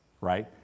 right